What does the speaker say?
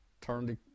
turned